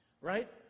right